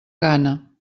gana